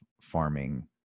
farming